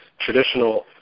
traditional